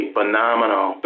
phenomenal